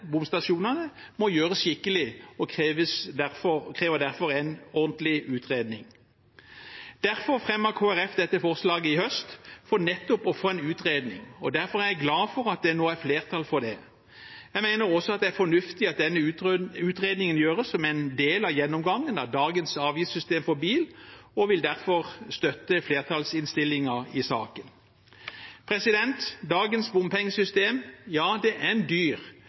bomstasjonene, må gjøres skikkelig og krever derfor en ordentlig utredning. Derfor fremmet Kristelig Folkeparti dette forslaget i høst, for nettopp å få en utredning, og derfor er jeg glad for at det nå er flertall for det. Jeg mener også at det er fornuftig at denne utredningen gjøres som en del av gjennomgangen av dagens avgiftssystem for bil, og vil derfor støtte komiteens tilråding i saken. Dagens bompengesystem er en dyr